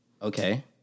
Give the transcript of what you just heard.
Okay